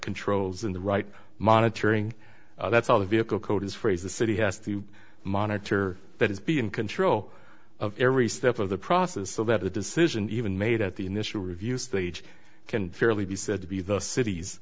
controls and the right monitoring that's all the vehicle code is phrase the city has the monitor that is be in control of every step of the process so that a decision even made at the initial review stage can fairly be said to be the cit